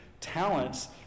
talents